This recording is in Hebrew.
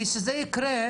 כי כזה יקרה,